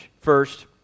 First